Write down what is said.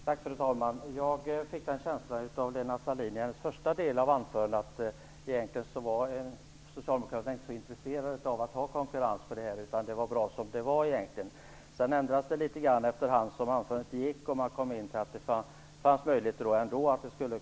Fru talman! Jag fick i första delen av Lena Sandlins anförande en känsla av att Socialdemokraterna egentligen inte var så intresserade av att ha konkurrens, utan det var bra som det var. Sedan ändrades det litet efter hand som anförandet fortsatte, och man kom in på att det fanns möjligheter för det ändå.